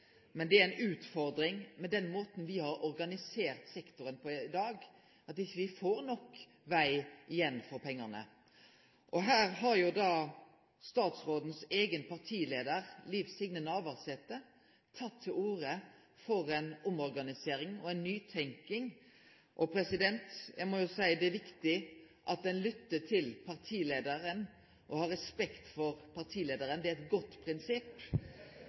dag, at me ikkje får nok veg igjen for pengane. Her har statsrådens eigen partileiar, Liv Signe Navarsete, teke til orde for ei omorganisering og ei nytenking. Eg må jo seie at det er viktig at ein lyttar til partileiaren og har respekt for partileiaren. Det er eit godt prinsipp.